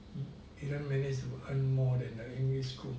didn't manage to earn more than the english school